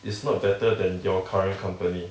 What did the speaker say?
it's not better than your current company